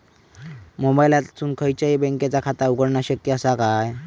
मोबाईलातसून खयच्याई बँकेचा खाता उघडणा शक्य असा काय?